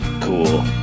Cool